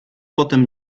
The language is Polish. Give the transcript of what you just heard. potem